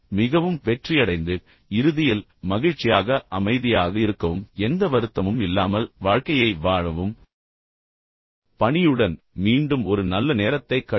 மிகவும் வெற்றியடைந்து இறுதியில் மகிழ்ச்சியாக அமைதியாக இருக்கவும் எந்த வருத்தமும் இல்லாமல் வாழ்க்கையை வாழவும் பணியுடன் மீண்டும் ஒரு நல்ல நேரத்தை கழியுங்கள்